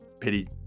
pity